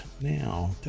now